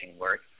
work